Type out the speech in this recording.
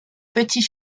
petit